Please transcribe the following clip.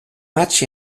matchs